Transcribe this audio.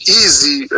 easy